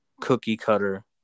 cookie-cutter